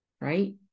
right